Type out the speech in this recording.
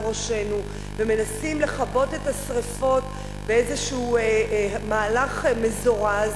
ראשנו ומנסים לכבות את השרפות באיזשהו מהלך מזורז